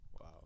Wow